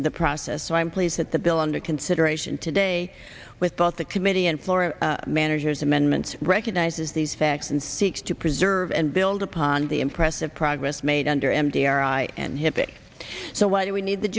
the process so i'm pleased that the bill under consideration today with both the committee and for a manager's amendment recognizes these facts and seeks to preserve and build upon the impressive progress made under m t r i and hippie so why do we need the